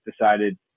decided